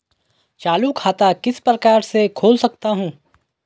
चालू खाता किस प्रकार से खोल सकता हूँ?